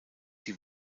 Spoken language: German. die